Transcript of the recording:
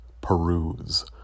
peruse